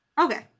Okay